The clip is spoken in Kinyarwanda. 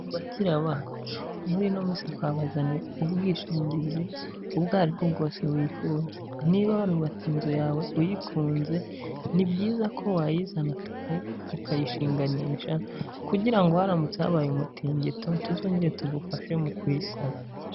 Bakiri bacu, muri ino minsi twabazaniye ubwishingizi ubwo ari bwo bwose wifuza. Niba warubatse inzu yawe uyikunze, ni byiza ko wayizana ukayishinganisha kugira ngo haramutse habaye umutingito tuzongere tugufashe mu kuyisana.